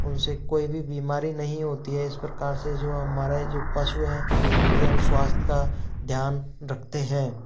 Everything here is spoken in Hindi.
उनसे कोई भी बीमारी नहीं होती है इस प्रकार से जो हमारा यह जो पशु है उनके हम स्वास्थय का ध्यान रखते हैं